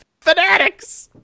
fanatics